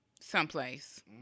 someplace